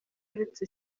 uretse